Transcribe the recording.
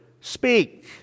speak